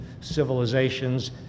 civilizations